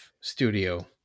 studio